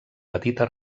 petita